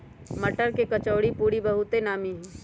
मट्टर के कचौरीपूरी बहुते नामि हइ